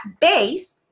base